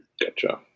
Gotcha